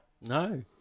No